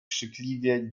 krzykliwie